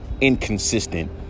inconsistent